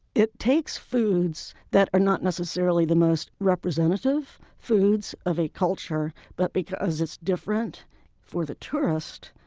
it takes foods that are not necessarily the most representative foods of a culture, but because it's different for the tourist,